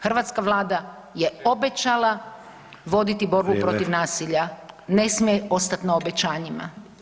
Hrvatska Vlada je obećala voditi borbu [[Upadica: Vrijeme.]] protiv nasilja, ne smije ostati na obećanjima.